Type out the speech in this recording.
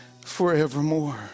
forevermore